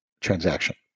transaction